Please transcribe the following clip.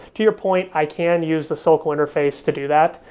to your point, i can use the circle interface to do that,